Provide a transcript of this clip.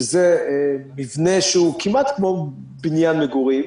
שזה מבנה שהוא כמעט כמו בניין מגורים.